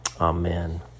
Amen